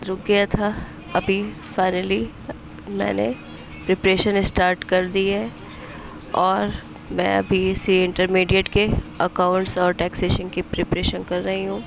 رک گیا تھا ابھی فائنلی میں نے پریپریشن اسٹارٹ کر دی ہے اور میں ابھی سے انٹرمیڈیٹ کے اکاؤنٹس اور ٹیکسیشن کی پریپریشن کر رہی ہوں